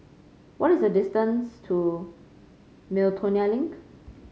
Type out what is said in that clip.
what is the distance to Miltonia Link